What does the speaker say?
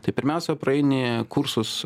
tai pirmiausia praeini kursus